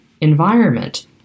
environment